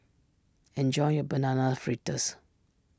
enjoy your Banana Fritters